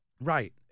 Right